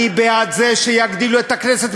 אני בעד זה שיגדילו את הכנסת,